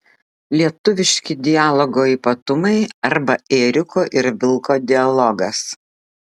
lietuviški dialogo ypatumai arba ėriuko ir vilko dialogas